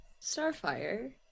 starfire